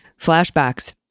flashbacks